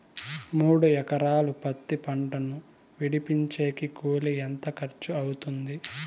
మూడు ఎకరాలు పత్తి పంటను విడిపించేకి కూలి ఎంత ఖర్చు అవుతుంది?